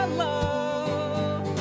love